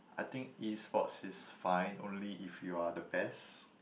I think E-sports is fine only if you are the best